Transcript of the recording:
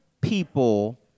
people